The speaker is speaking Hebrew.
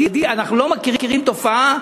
אנחנו לא מכירים תופעה,